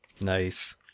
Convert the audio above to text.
Nice